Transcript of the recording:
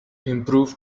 improve